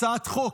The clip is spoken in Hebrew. הצעת חוק,